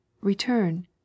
Return